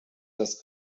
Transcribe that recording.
das